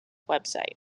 website